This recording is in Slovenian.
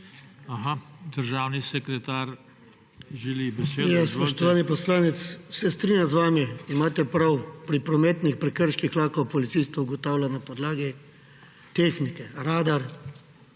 Državni sekretar želi besedo. Izvolite.